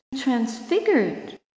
transfigured